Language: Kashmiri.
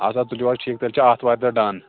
اچھا ٹھیٖک تُلیُو حظ تیٚلہِ چھِ آتوارِ دۄہ ڈَن